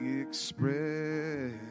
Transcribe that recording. express